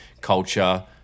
culture